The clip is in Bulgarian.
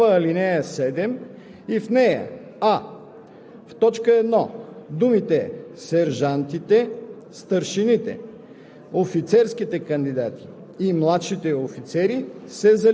структурите на пряко подчинение на министъра на отбраната и Българската армия.“ 4. Досегашната ал. 6 става ал. 7 и в нея: